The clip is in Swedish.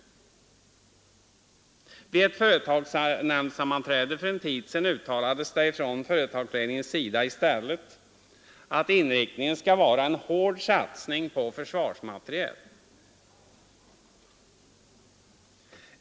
Vid ett företagsnämndssammanträde för en tid sedan uttalades det från företagsledningens sida att inriktningen i stället skall vara en hård satsning på försvarsmateriel.